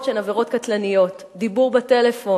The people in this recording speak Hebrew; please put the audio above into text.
עבירות שהן עבירות קטלניות: דיבור בטלפון,